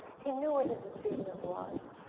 he knew what his achievement was,